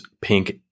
pink